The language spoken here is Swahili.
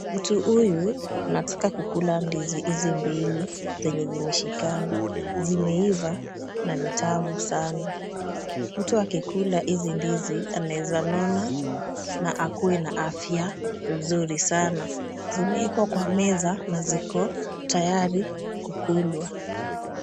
Mtu huyu anataka kukula ndizi hizi mbili zenye zimeshikana. Zimeiva na ni tamu sana. Mtu akikula hizi ndizi anaeza nona na akuwe na afya nzuri sana. Zimeekwa kwa meza na ziko tayari kukulwa .